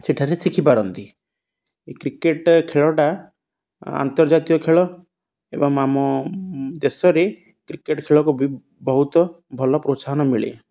ସେଠାରେ ଶିଖିପାରନ୍ତି ଏ କ୍ରିକେଟ୍ ଖେଳଟା ଆନ୍ତର୍ଜାତୀୟ ଖେଳ ଏବଂ ଆମ ଦେଶରେ କ୍ରିକେଟ୍ ଖେଳକୁ ବି ବହୁତ ଭଲ ପ୍ରୋତ୍ସାହନ ମିଳେ